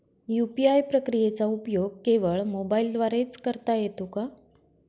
UPI प्रक्रियेचा उपयोग केवळ मोबाईलद्वारे च करता येतो का?